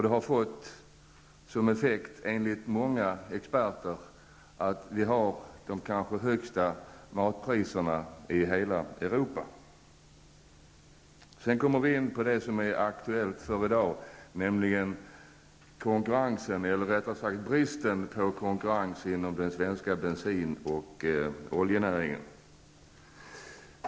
Effekten därav är, enligt många experter, att vi i Sverige har de kanske högsta matpriserna i hela Europa. Sedan kommer jag in på det som är aktuellt i dag, nämligen detta med bristen på konkurrens inom den svenska bensin och oljenäringen.